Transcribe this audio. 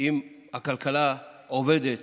אם הכלכלה עובדת